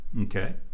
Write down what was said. Okay